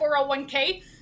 401k